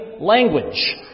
language